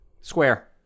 Square